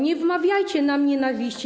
Nie wmawiajcie nam nienawiści.